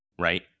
right